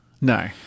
No